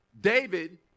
David